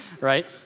right